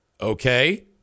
Okay